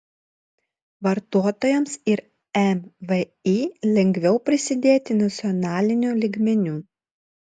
vartotojams ir mvį lengviau prisidėti nacionaliniu lygmeniu